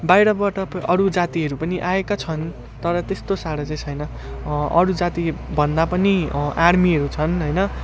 बाहिरबाट अरू जातिहरू पनि आएका छन् तर त्यस्तो साह्रो चाहिँ छैन अरू जाति भन्दा पनि आर्मीहरू छन् होइन